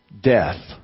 death